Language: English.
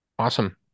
Awesome